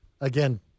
again